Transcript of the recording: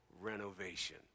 renovation